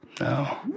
No